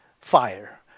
fire